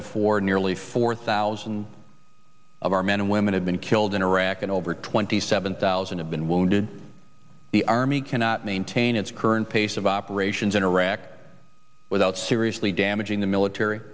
before nearly four thousand of our men and women have been killed in iraq and over twenty seven thousand have been wounded the army cannot maintain its current pace of operations in iraq without damaging the military